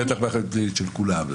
ובטח לאחריות פלילית של כולם.